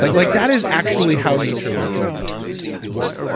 like like that is actually how nature works well, it could be.